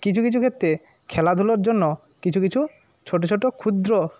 কিছু কিছু ক্ষেত্রে খেলাধুলোর জন্য কিছু কিছু ছোটো ছোটো ক্ষুদ্র